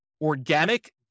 organic